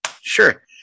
sure